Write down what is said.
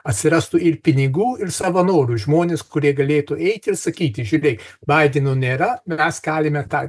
atsirastų ir pinigų ir savanorių žmonės kurie galėtų eiti ir sakyti žiūrėk baideno nėra mes galime tą